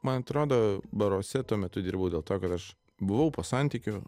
man atrodo baruose tuo metu dirbau dėl to kad aš buvau po santykių